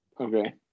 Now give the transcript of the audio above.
Okay